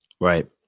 Right